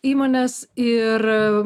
įmones ir